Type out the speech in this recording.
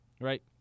right